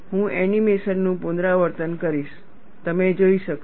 હું એનિમેશનનું પુનરાવર્તન કરીશ તમે જોઈ શકશો